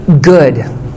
good